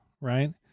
Right